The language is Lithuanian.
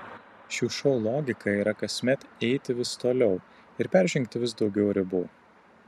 šių šou logika yra kasmet eiti vis toliau ir peržengti vis daugiau ribų